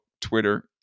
Twitter